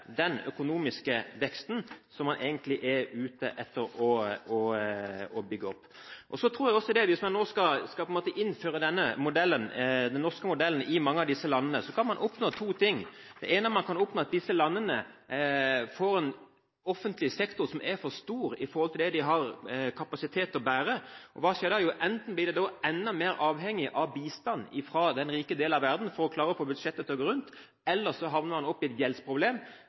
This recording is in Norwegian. den økonomiske veksten som man egentlig er ute etter å bygge opp. Jeg tror at hvis man skal innføre den norske modellen i mange av disse landene, kan man oppnå to ting. Det ene man kan oppnå, er at disse landene får en offentlig sektor som er for stor i forhold til det de har kapasitet til å bære. Hva skjer da? Enten blir de enda mer avhengig av bistand fra den rike delen av verden for å klare å få budsjettet til å gå rundt, eller så havner de opp i et gjeldsproblem,